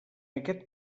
aquest